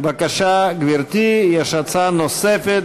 הרווחה והבריאות נתקבלה.